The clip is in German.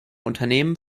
unternehmen